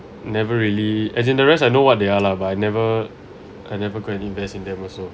never really as in the rest I know what they are lah but I never I never go and invest in them also